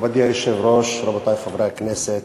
מכובדי היושב-ראש, רבותי חברי הכנסת,